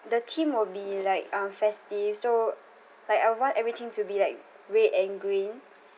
the theme will be like uh festive so like I want everything to be like red and green